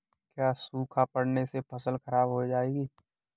क्या सूखा पड़ने से फसल खराब हो जाएगी?